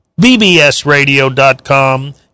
bbsradio.com